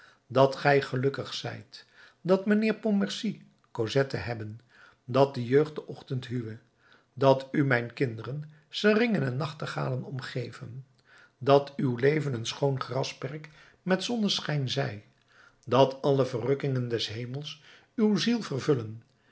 dat gij gelukkig zijt dat mijnheer pontmercy cosette hebbe dat de jeugd den ochtend huwe dat u mijn kinderen seringen en nachtegalen omgeven dat uw leven een schoon grasperk met zonneschijn zij dat alle verrukkingen des hemels uwe ziel vervullen